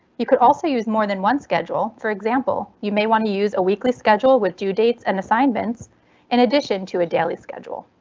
you could also use more than one schedule. for example, you may want to use a weekly schedule with due dates and assignments in addition to a daily schedule.